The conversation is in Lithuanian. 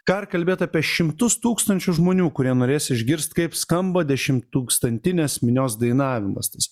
ką ir kalbėt apie šimtus tūkstančių žmonių kurie norės išgirst kaip skamba dešimttūkstantinės minios dainavimas tas